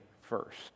first